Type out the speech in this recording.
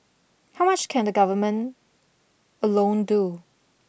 how much can the Government alone do